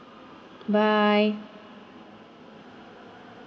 bye